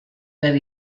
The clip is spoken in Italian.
per